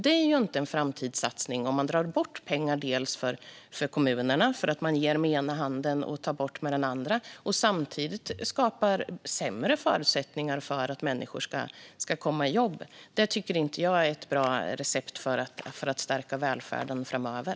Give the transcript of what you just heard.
Det är inte en framtidssatsning om man drar bort pengar från kommunerna genom att ge med ena handen och ta med den andra, samtidigt som man skapar sämre förutsättningar för att människor ska komma i jobb. Det tycker inte jag är ett bra recept för att stärka välfärden framöver.